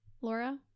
Laura